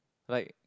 like